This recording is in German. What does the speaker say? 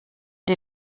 die